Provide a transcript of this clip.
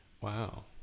Wow